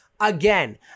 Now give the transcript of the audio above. Again